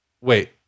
wait